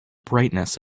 brightness